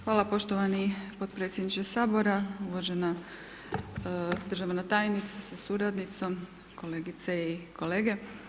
Hvala poštovani podpredsjedniče Sabora, uvažena državna tajnice sa suradnicom, kolegice i kolege.